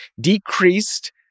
decreased